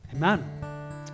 Amen